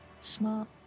Smart